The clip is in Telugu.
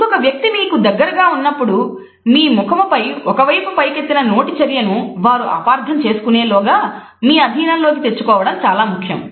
ఇంకొక వ్యక్తి మీకు దగ్గరగా ఉన్నప్పుడు మీ ముఖము పై ఒకవైపు పైకెత్తిన నోటి చర్యను వారు అపార్థం చేసుకునే లోగా మీ ఆధీనంలోకి తెచ్చుకోవడం చాలా ముఖ్యం